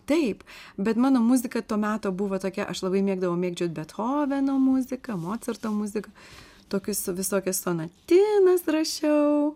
taip bet mano muzika to meto buvo tokia aš labai mėgdavau mėgdžiot bethoveno muziką mocarto muziką tokius visokias sonatinas rašiau